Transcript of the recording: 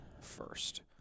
first